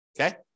Okay